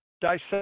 dissect